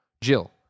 Jill